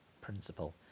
principle